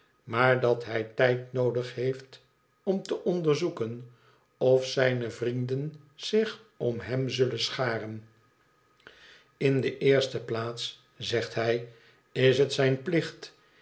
maar dat hij tijd noodig heeft om te onderzoeken of zijne vrienden zich om hem zullen scharen in de eerste plaats zegt hij is het zijn plicht